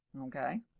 Okay